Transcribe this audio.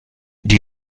die